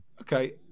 Okay